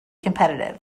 competitive